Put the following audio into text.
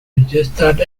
registered